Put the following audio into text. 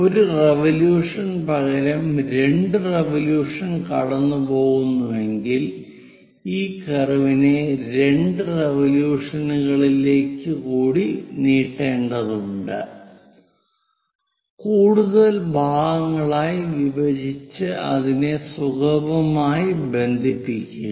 ഒരു റിവൊല്യൂഷൻ പകരം രണ്ട് റിവൊല്യൂഷൻ കടന്നുപോകുന്നുവെങ്കിൽ ഈ കർവിനെ രണ്ട് റിവൊല്യൂഷൻ കളിലേക്ക് കൂടി നീട്ടേണ്ടതുണ്ട് കൂടുതൽ ഭാഗങ്ങളായി വിഭജിച്ച് അതിനെ സുഗമമായി ബന്ധിപ്പിക്കുക